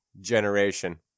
generation